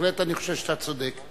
בהחלט אני חושב שאתה צודק.